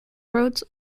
roads